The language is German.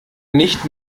nicht